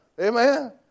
Amen